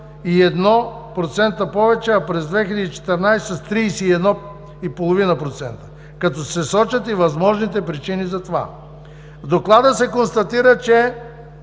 е бил 19,16%, а през 2014 г. – 31,5%, като се сочат и възможните причини за това. В доклада се констатира, че